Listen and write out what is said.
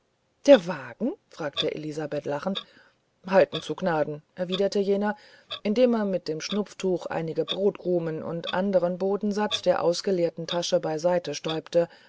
der wagen fragte elisabeth lachend halten zu gnaden erwiderte jener indem er mit dem schnupftuch einige brotkrumen und andern bodensatz der ausgeleerten tasche beiseite stäubte